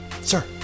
Sir